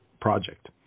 project